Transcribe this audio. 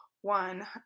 one